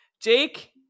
Jake